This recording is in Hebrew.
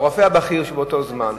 או הרופא הבכיר שבאותו זמן,